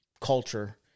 culture